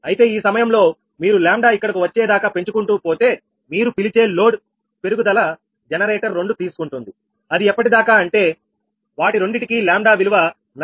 అయితే ఈ సమయంలో మీరు 𝜆 ఇక్కడకు వచ్చేదాకా పెంచుకుంటూ పోతే మీరు పిలిచే లోడ్ పెరుగుదల జనరేటర్ 2 తీసుకుంటుంది అది ఎప్పటి దాకా అంటే అవి రెండిటికీ 𝜆 విలువ 46